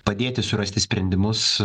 padėti surasti sprendimus